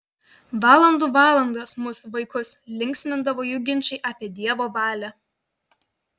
valandų valandas mus vaikus linksmindavo jų ginčai apie dievo valią